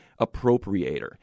appropriator